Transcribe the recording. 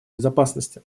безопасности